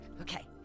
Okay